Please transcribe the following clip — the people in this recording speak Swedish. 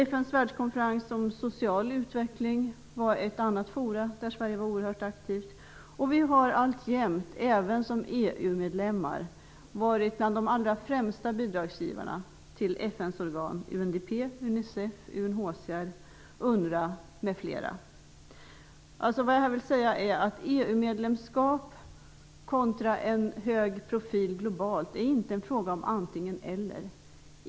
FN:s världskonferens om social utveckling var ett annat forum där Sverige var oerhört aktivt, och vi har alltjämt även som EU-medlemmar varit bland de allra främsta bidragsgivarna till FN:s organ UNDP, Unicef, Vad jag vill säga är att EU-medlemskap kontra en hög profil globalt inte är en fråga om antingen eller.